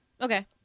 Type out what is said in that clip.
Okay